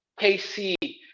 KC